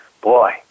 Boy